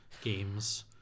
games